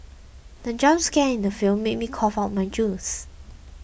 the jump scare in the film made me cough out my juice